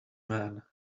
men